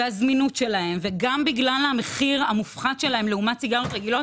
הזמינות שלהם וגם בגלל המחיר המופחת שלהם לעומת סיגריות רגילות